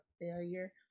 failure